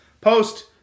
post